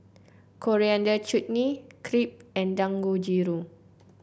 Coriander Chutney Crepe and Dangojiru